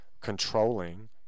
controlling